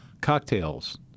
cocktails